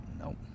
Nope